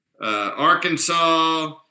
Arkansas